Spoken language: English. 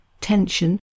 tension